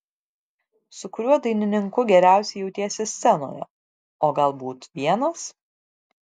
su kuriuo dainininku geriausiai jautiesi scenoje o galbūt vienas